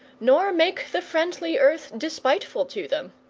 nor make the friendly earth despiteful to them.